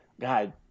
God